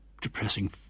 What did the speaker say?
depressing